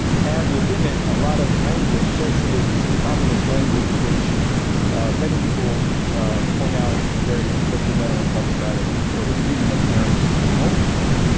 has within it a lot of language socialist, communist language which many people point out is very detrimental and problematic for the freedom of parents to homeschool.